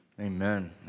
Amen